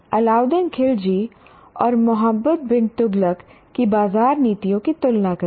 अलाउद्दीन खिलजी और मुहम्मद बिन तुगलक की बाजार नीतियों की तुलना करें